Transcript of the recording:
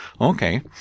Okay